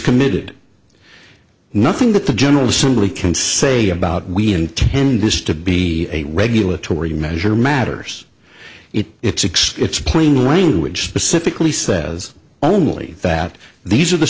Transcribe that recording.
committed nothing that the general assembly can say about we intend this to be a regulatory measure matters it it's excuse plain language specifically says only that these are the